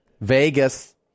vegas